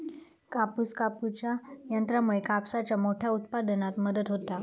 कापूस कापूच्या यंत्रामुळे कापसाच्या मोठ्या उत्पादनात मदत होता